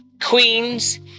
queens